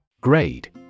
Grade